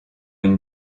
une